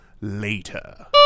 later